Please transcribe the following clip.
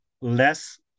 less